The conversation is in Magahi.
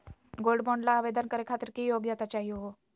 गोल्ड बॉन्ड ल आवेदन करे खातीर की योग्यता चाहियो हो?